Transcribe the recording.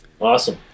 awesome